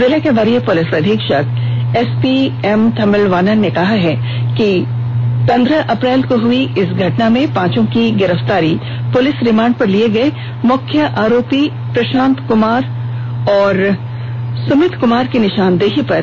जिले के वरीय पुलिस अधीक्षक एम तमिलवानन ने बताया की पंद्रह अप्रैल को हुई इस घटना में पांचों की गिरफ्तारी पुलिस रिमांड पर लिए गए मुख्य आरोपी प्रशांत कुमार और सुमित कुमार की निशानदेही पर की गई